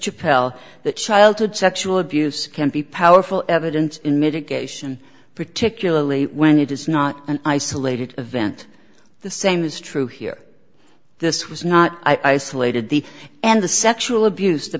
to pelle that childhood sexual abuse can be powerful evidence in mitigation particularly when it is not an isolated event the same is true here this was not isolated the and the sexual abuse the